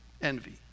Envy